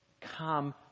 come